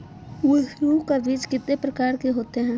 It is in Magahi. मशरूम का बीज कितने प्रकार के होते है?